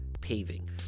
Paving